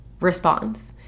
response